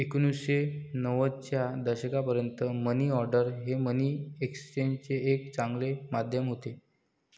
एकोणीसशे नव्वदच्या दशकापर्यंत मनी ऑर्डर हे मनी एक्सचेंजचे एक चांगले माध्यम होते